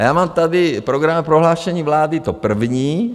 Já mám tady programové prohlášení vlády, to první.